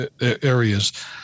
areas